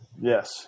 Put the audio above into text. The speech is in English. Yes